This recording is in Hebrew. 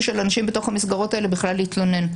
של אנשים בתוך המסגרות האלה בכלל להתלונן.